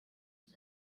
ins